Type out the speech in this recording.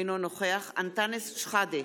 אינו נוכח אנטאנס שחאדה,